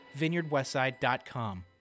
vineyardwestside.com